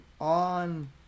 on